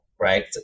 right